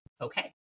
okay